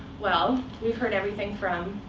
well, we've heard everything from,